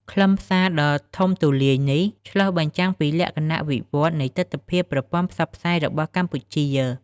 ខ្លឹមសារដ៏ធំទូលាយនេះឆ្លុះបញ្ចាំងពីលក្ខណៈវិវត្តនៃទិដ្ឋភាពប្រព័ន្ធផ្សព្វផ្សាយរបស់កម្ពុជា។